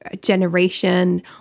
generation